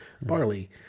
barley